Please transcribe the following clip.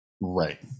Right